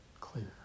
clear